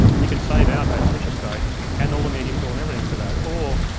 you can save out that switcher state and all the media pool and everything for that. or,